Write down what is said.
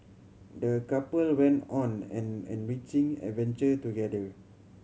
the couple went on an enriching adventure together